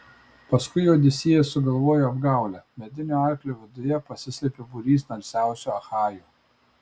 paskui odisėjas sugalvojo apgaulę medinio arklio viduje pasislėpė būrys narsiausių achajų